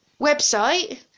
website